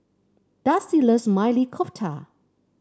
Dusty loves Maili Kofta